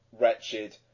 Wretched